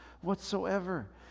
whatsoever